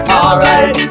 alright